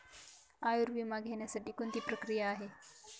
आयुर्विमा घेण्यासाठी कोणती प्रक्रिया आहे?